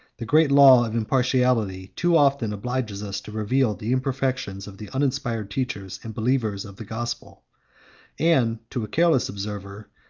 the great law of impartiality too often obliges us to reveal the imperfections of the uninspired teachers and believers of the gospel and, to a careless observer,